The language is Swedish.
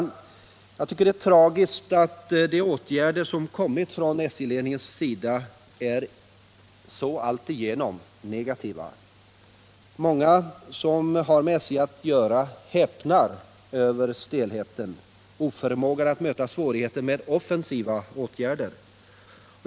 Det som jag tycker är tragiskt är att de åtgärder som påbjudits från SJ-ledningen är så alltigenom negativa. Många som har med SJ att göra häpnar över stelheten och oförmågan att möta svårigheter med offensiva åtgärder.